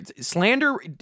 slander